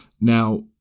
Now